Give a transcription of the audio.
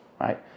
right